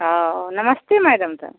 औ नमस्ते मैडम तब